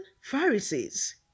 Pharisees